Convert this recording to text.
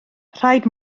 rhaid